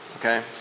Okay